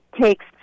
takes